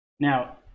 Now